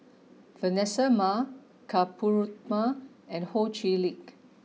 Vanessa Mae Ka Perumal and Ho Chee Lick